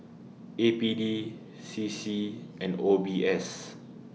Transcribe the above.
A P D C C and O B S